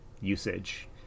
usage